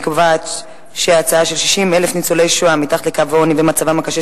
אני קובעת שההצעה בדבר 60,000 ניצולי השואה מתחת לקו העוני ומצבם הקשה